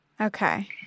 Okay